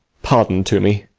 pardon to me.